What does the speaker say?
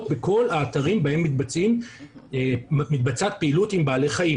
בכל האתרים בהם מתבצעת פעילות עם בעלי חיים.